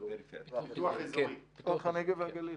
לפיתוח הנגב והגליל.